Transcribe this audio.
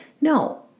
No